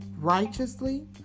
righteously